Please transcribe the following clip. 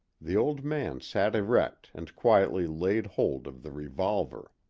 the old man sat erect and quietly laid hold of the revolver.